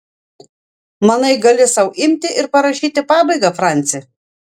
manai gali sau imti ir parašyti pabaigą franci